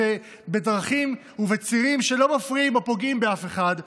בדרכים ובצירים שלא מפריעים או פוגעים באף אחד?